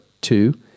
two